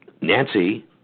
Nancy